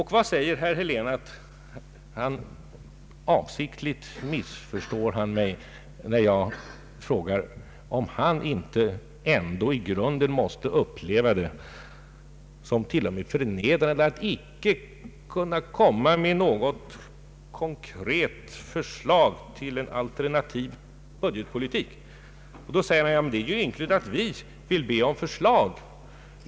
Herr Helén missförstår mig avsiktligt när jag frågar om han inte ändå i grunden måste uppleva det som förnedrande att icke kunna komma med något konkret förslag om en alternativ budgetpolitik. Då säger han att det är ynkligt av oss att be om förslag.